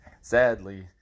sadly